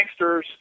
banksters